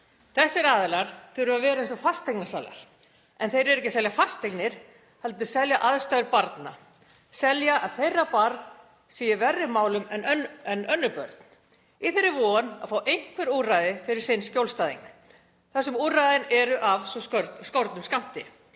Þessir aðilar þurfa að vera eins og fasteignasalar en þeir eru ekki að selja fasteignir heldur selja aðstæður barna, selja að þeirra barn sé í verri málum en önnur börn, í þeirri von að fá einhver úrræði fyrir sinn skjólstæðing þar sem úrræðin eru af svo skornum skammti.